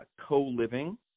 co-living